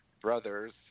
brothers